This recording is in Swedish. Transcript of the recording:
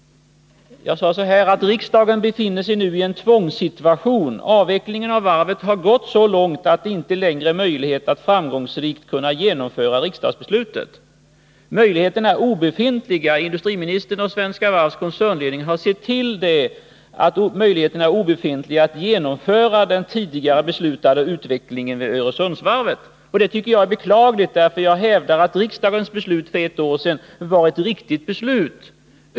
Jag sade så här: Riksdagen befinner sig nu i en tvångssituation. Avvecklingen av varvet har gått så långt att det inte längre är möjligt att framgångsrikt genomföra riksdagsbeslutet. Industriministern och Svenska Varvs koncernledning har sett till att möjligheterna är obefintliga att genomföra den tidigare beslutade utvecklingen vid Öresundsvarvet. Det tycker jag är beklagligt. Jag hävdar att riksdagens beslut för ett år sedan var ett riktigt beslut.